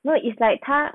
no it's like 他